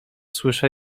słyszę